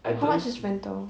how much his rental